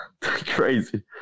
crazy